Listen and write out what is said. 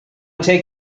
take